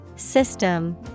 System